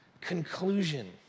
conclusion